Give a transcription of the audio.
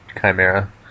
Chimera